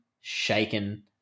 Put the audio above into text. shaken